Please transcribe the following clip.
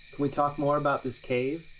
we talk more about this cave?